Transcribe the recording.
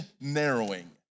narrowing